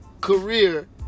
career